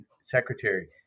secretary